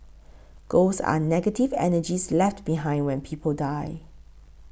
ghosts are negative energies left behind when people die